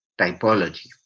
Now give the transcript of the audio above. typology